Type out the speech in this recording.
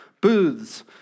Booths